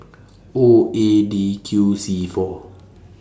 O A D Q C four